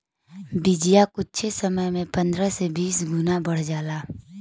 बियाज कुच्छे समय मे पन्द्रह से बीस गुना बढ़ जाला